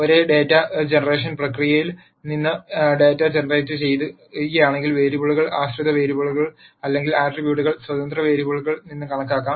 ഒരേ data generation പ്രക്രിയയിൽ നിന്ന് ഡാറ്റ ജനറേറ്റുചെയ്യുകയാണെങ്കിൽ വേരിയബിളുകൾ ആശ്രിത വേരിയബിളുകൾ അല്ലെങ്കിൽ ആട്രിബ്യൂട്ടുകൾ സ്വതന്ത്ര വേരിയബിളുകളിൽ നിന്ന് കണക്കാക്കാം